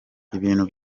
ibintu